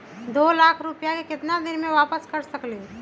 दो लाख रुपया के केतना दिन में वापस कर सकेली?